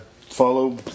Follow